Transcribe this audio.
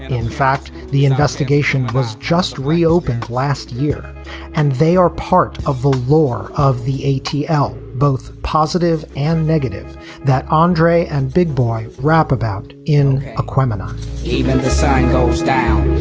in fact, the investigation was just reopened last year and they are part of the law of the eighty l. both positive and negative that andre and big boy rap about in a criminal even the sign goes down.